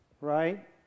right